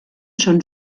schon